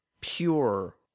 pure